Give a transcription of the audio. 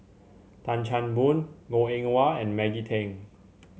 Tan Chan Boon Goh Eng Wah and Maggie Teng